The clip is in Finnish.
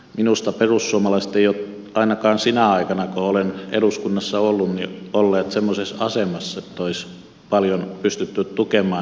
minusta perussuomalaiset eivät ole ainakaan sinä aikana kun olen eduskunnassa ollut olleet semmoisessa asemassa että olisi paljon pystytty tukemaan